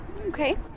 Okay